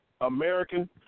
American